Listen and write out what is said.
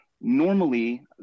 normally